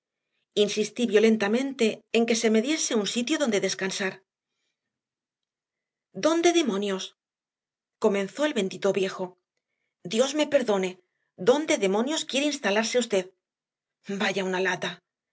paciencia insistíviolentamente en que se me dieseun sitiodondedescansar d óndedemonios comenzó elbendito viejo d ios me perdone d ónde demonios quiere instalarse usted v aya una lata